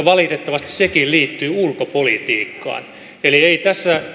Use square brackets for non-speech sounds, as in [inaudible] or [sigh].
[unintelligible] valitettavasti sekin liittyi ulkopolitiikkaan eli ei tässä